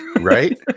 right